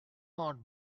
not